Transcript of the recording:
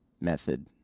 method